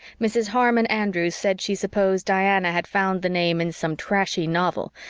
mrs. harmon andrews said she supposed diana had found the name in some trashy novel,